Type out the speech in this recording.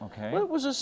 Okay